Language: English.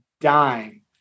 dime